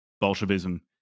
Bolshevism